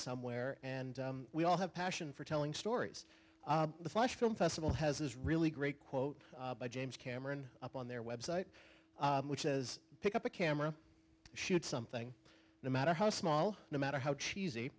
somewhere and we all have passion for telling stories the flash film festival has is really great quote by james cameron up on their website which says pick up a camera shoot something no matter how small no matter how cheesy